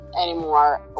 anymore